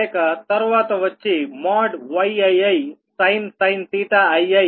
లేక తర్వాత వచ్చి Yiisin ii Bii